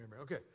Okay